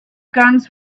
guns